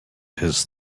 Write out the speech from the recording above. his